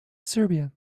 serbia